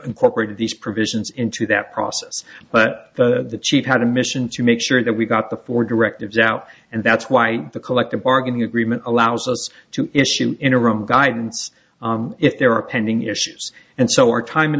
incorporated these provisions into that process but the chief had a mission to make sure that we got the four directives out and that's why the collective bargaining agreement allows us to issue interim guidance if there are pending issues and so our tim